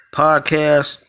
podcast